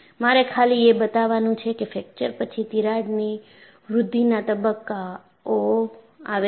મારે ખાલી એ બતાવાનું છે કે ફ્રેક્ચર પછી તિરાડની વૃદ્ધિના તબક્કો આવે છે